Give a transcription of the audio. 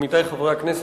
עמיתי חברי הכנסת,